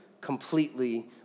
completely